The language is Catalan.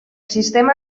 sistema